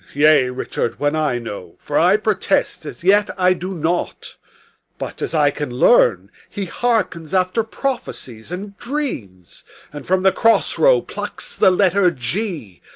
yea, richard, when i know for i protest as yet i do not but, as i can learn, he hearkens after prophecies and dreams and from the cross-row plucks the letter g,